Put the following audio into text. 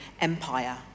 Empire